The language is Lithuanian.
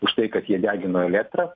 už tai kad jie degino elektrą